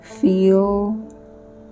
Feel